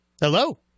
hello